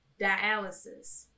Dialysis